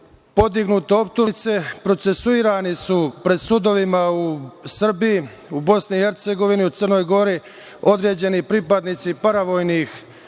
podignute optužnice, procesuirani su pred sudovima u Srbiji, u BiH, u Crnoj Gori, određeni pripadnici paravojnih